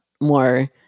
more